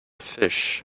fish